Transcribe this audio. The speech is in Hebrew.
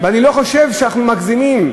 ואני לא חושב שאנחנו מגזימים,